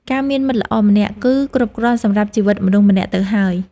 ការមានមិត្តល្អម្នាក់ គឺគ្រប់គ្រាន់សម្រាប់ជីវិតមនុស្សម្នាក់ទៅហើយ។